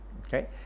okay